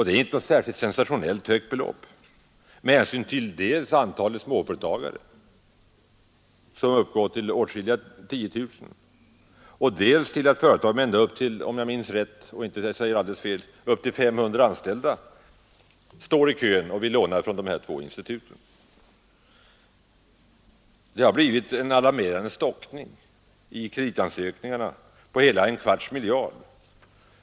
Det är inte något sensationellt högt belopp med hänsyn till dels att antalet småföretagare uppgår till åtskilliga tiotusental, dels att företag med — om jag minns rätt — upp till 500 anställda står i kö och vill låna från dessa två institut. Det har blivit en alarmerande stockning i fråga om kreditansökningar på en kvarts miljard kronor.